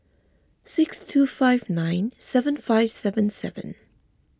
six two five nine seven five seven seven